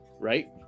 right